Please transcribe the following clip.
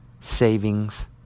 savings